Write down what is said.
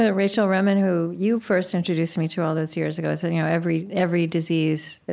ah rachel remen, who you first introduced me to all those years ago so you know every every disease,